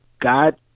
God